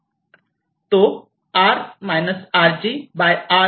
तो R minus Rg by R असतो